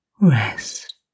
rest